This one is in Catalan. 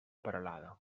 peralada